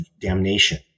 damnation